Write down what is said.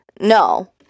no